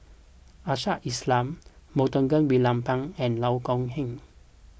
Ashley Isham Montague William Pett and Loh Kok Heng